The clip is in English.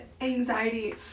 anxiety